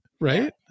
right